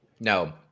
no